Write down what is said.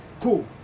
Cool